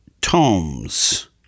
Tomes